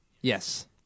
Yes